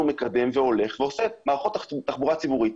מקדם והולך ועושה מערכות תחבורה ציבורית.